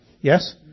yes